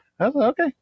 okay